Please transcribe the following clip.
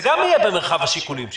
זה גם יהיה במרחב השיקולים שלו.